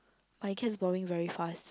but it gets boring very fast